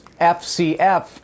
FCF